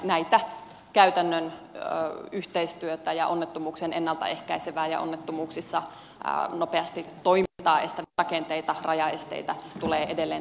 näitä käytännön yhteistyötä onnettomuuksien ennaltaehkäisemistä ja onnettomuuksissa nopeasti toimimista estäviä rakenteita rajaesteitä tulee edelleen tarmokkaasti poistaa